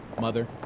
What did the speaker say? mother